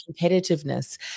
competitiveness